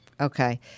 Okay